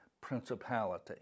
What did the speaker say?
principality